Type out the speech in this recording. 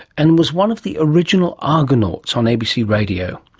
and was one of the original argonauts on abc radio.